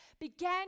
began